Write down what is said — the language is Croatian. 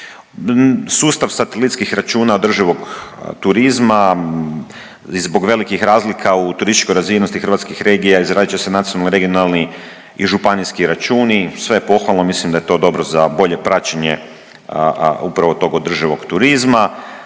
Sustav satelitskih računa održivog turizma zbog velikih razlika u turističkoj razvijenosti hrvatskih regija izradit će nacionalni regionalni i županijski računi. Sve pohvalno. Mislim da je to dobro za bolje praćenje upravo tog održivog turizma.